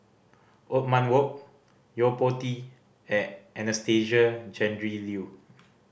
Othman Wok Yo Po Tee and Anastasia Tjendri Liew